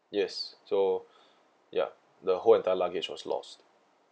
yes so ya the whole entire luggage was lost